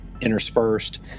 interspersed